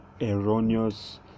erroneous